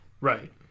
Right